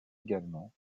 également